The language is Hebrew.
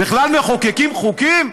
בכלל מחוקקים חוקים?